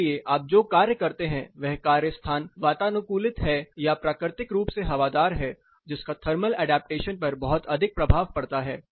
इसलिए आप जो कार्य करते हैं वह कार्य स्थान वातानुकूलित है या प्राकृतिक रूप से हवादार है जिसका थर्मल ऐडप्टेशन पर बहुत अधिक प्रभाव पड़ता है